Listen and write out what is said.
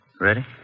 Ready